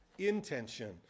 intention